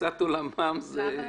תפיסת עולמם היא --- למה?